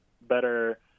better